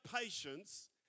patience